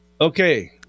Okay